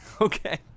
okay